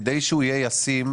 כדי שהוא יהיה ישים,